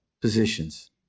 positions